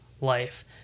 life